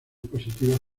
positivas